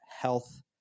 health